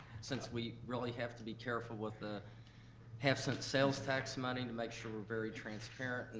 since we really have to be careful with the half cent sales tax money to make sure we're very transparent,